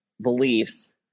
beliefs